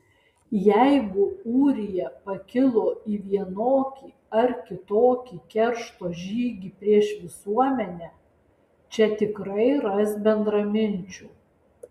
jeigu ūrija pakilo į vienokį ar kitokį keršto žygį prieš visuomenę čia tikrai ras bendraminčių